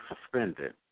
suspended